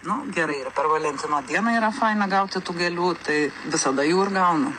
nu gerai ir per valentino dieną yra faina gauti tų gėlių tai visada jų ir gaunu